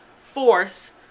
force